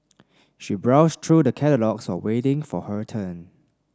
she browsed through the catalogues so waiting for her turn